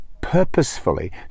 purposefully